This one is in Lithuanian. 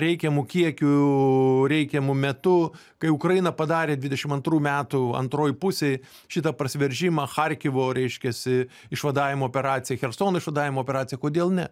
reikiamu kiekiu reikiamu metu kai ukraina padarė dvidešim antrų metų antroj pusėj šitą prasiveržimą charkivo reiškiasi išvadavimo operaciją chersono išvadavimo operaciją kodėl ne